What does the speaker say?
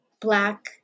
black